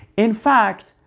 in fact,